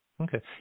Okay